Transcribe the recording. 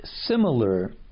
Similar